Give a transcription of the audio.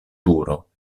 turo